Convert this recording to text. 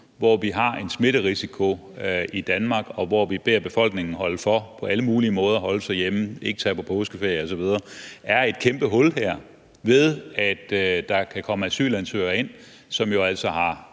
hvor vi har en smitterisiko i Danmark, og hvor vi beder befolkningen holde for på alle mulige måder – at holde sig hjemme, ikke tage på påskeferie osv. – er et kæmpe hul, ved at der kan komme asylansøgere ind, som jo altså har